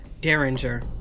Derringer